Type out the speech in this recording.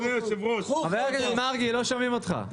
חבר הכנסת מרגי, לא שומעים אותך.